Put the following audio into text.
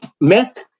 met